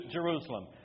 Jerusalem